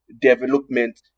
development